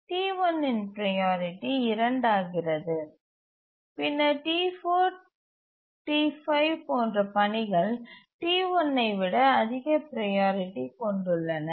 T1 இன் priority 2 ஆகிறது பின்னர் T4 T5 போன்ற பணிகள் T1 ஐ விட அதிக ப்ரையாரிட்டி கொண்டுள்ளன